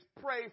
pray